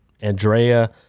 Andrea